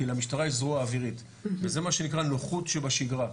כי למשטרה יש זרוע אווירית וזה מה שנקרא נוחות שבשגרה.